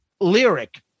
lyric